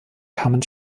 kamen